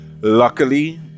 Luckily